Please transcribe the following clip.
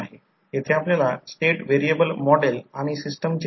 याचा अर्थ हे जणू एक आयडियल ट्रान्सफॉर्मर आहे